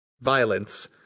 violence